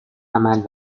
عمل